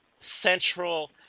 Central